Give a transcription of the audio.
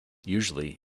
usually